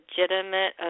legitimate